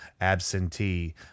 absentee